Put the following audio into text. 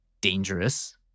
dangerous